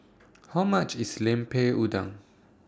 How much IS Lemper Udang